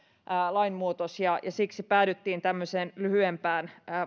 lainmuutos siksi päädyttiin tämmöiseen lyhyempään